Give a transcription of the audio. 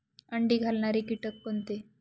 अंडी घालणारे किटक कोणते?